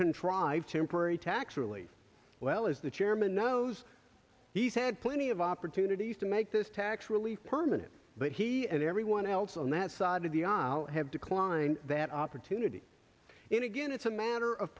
contrive temporary tax relief well as the chairman knows he's had plenty of opportunities to make this tax relief permanent but he and everyone else on that side of the aisle have declined that opportunity and again it's a matter of